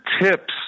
tips